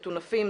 מטונפים.